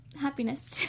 happiness